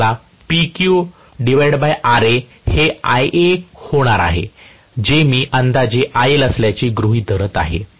म्हणून मला PQRa हे Ia होणार आहे जे मी अंदाजे IL असल्याचे गृहीत धरत आहे